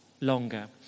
longer